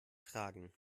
fragen